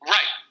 Right